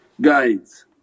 guides